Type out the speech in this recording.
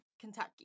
kentucky